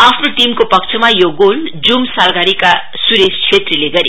आफ्नो टीमको पक्षमा यो गोल जूम सालघारीका सुरेश छेत्रीले गरे